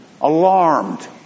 Alarmed